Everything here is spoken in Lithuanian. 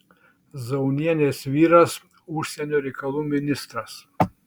zaunienės vyras užsienio reikalų ministras